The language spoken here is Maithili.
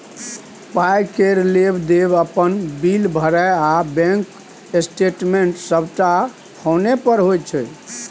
पाइ केर लेब देब, अपन बिल भरब आ बैंक स्टेटमेंट सबटा फोने पर होइ छै